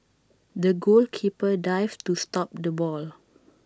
the goalkeeper dived to stop the ball